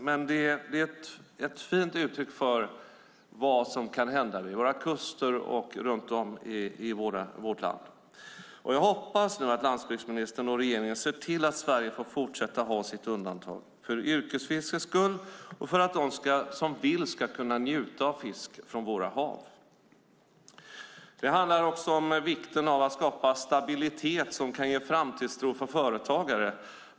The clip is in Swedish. Men det är ett fint uttryck för vad som kan hända vid våra kuster och runt om i vårt land. Jag hoppas att landsbygdsministern och regeringen nu ser till att Sverige får fortsätta ha sitt undantag för yrkesfiskets skull och för att de som vill ska kunna njuta av fisk från våra hav. Det handlar också om vikten av att skapa stabilitet som kan ge framtidstro för företagare.